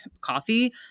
coffee